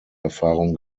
erfahrung